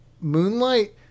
moonlight